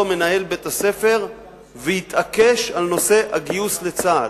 מנהל בית-ספר והתעקש על נושא הגיוס לצה"ל,